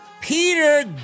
Peter